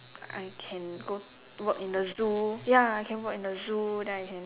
I can go work in the zoo ya I can work in the zoo then I can